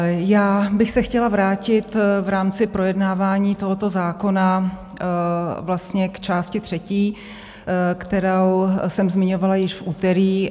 Já bych se chtěla vrátit v rámci projednávání tohoto zákona vlastně k části třetí, kterou jsem zmiňovala již v úterý.